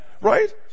Right